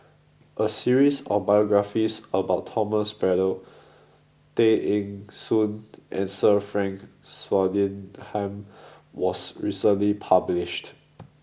a series of biographies about Thomas Braddell Tay Eng Soon and Sir Frank Swettenham was recently published